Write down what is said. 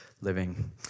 living